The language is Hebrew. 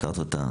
הכרת אותה,